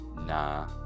Nah